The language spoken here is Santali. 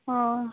ᱚᱻ